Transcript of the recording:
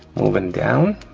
movin' down.